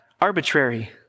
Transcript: arbitrary